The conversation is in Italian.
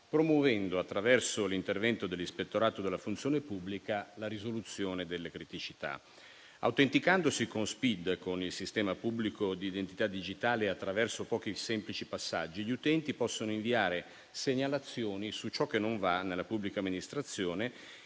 promuovendo, attraverso l'intervento dell'Ispettorato della funzione pubblica, la risoluzione delle criticità. Autenticandosi con SPID, con il Sistema pubblico di identità digitale, attraverso pochi e semplici passaggi, gli utenti possono inviare segnalazioni su ciò che non va nella pubblica amministrazione